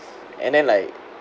and then like